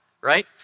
right